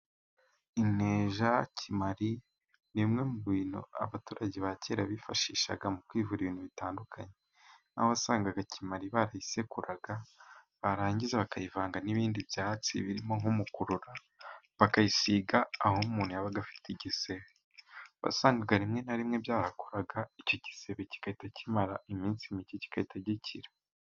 Inteja kimali nimwe mu bintu abaturage ba kera bifashishaga mu kwivu ibintu bitandukanye wasangaga Kimari barayisekuraga barangiza bakayivanga n'ibindi byatsi birimo nk'umukurura bakayisiga aho umuntu yabaga afite igisebe wasangaga rimwe na rimwe byahakoraga icyo gisebe kigahita kimara iminsi mike kigahita gikira.